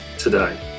today